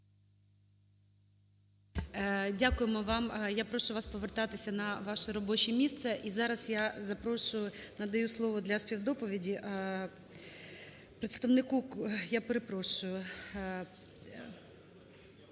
Дякуємо вам. Я прошу вас повертатися на ваше робоче місце. І зараз запрошую, надаю слово для співдоповіді представнику… я перепрошую,